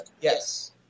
Yes